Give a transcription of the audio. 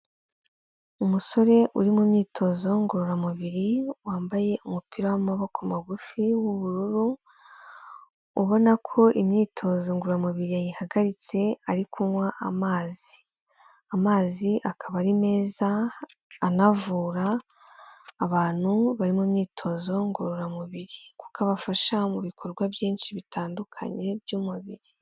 Umusore uri mu myitozo ngororamubiri, wambaye umupira w'amaboko magufi w'ubururu, ubona ko imyitozo ngororamubiri yayihagaritse, ari kunywa amazi, amazi akaba ari meza, anavura abantu bari mu myitozo ngororamubiri, kuko abafasha mu bikorwa byinshi bitandukanye by'umubiri.